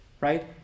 Right